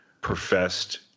professed